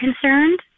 concerned